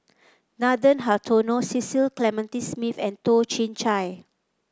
Nathan Hartono Cecil Clementi Smith and Toh Chin Chye